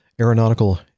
Aeronautical